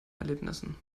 erlebnissen